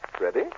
Ready